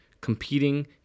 Competing